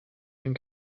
den